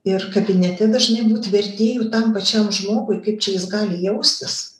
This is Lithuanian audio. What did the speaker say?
ir kabinete dažnai būt vertėju tam pačiam žmogui kaip čia jis gali jaustis